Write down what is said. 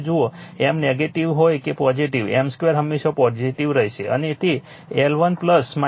હવે જુઓ M negative હોય કે પોઝિટિવ M2 હંમેશા પોઝિટીવ રહેશે અને તે L1 2 M છે